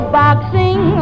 boxing